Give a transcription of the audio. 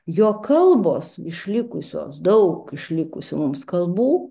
jo kalbos išlikusios daug išlikusių mums kalbų